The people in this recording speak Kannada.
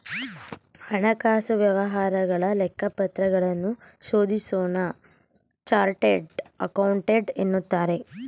ಹಣಕಾಸು ವ್ಯವಹಾರಗಳ ಲೆಕ್ಕಪತ್ರಗಳನ್ನು ಶೋಧಿಸೋನ್ನ ಚಾರ್ಟೆಡ್ ಅಕೌಂಟೆಂಟ್ ಎನ್ನುತ್ತಾರೆ